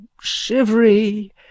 shivery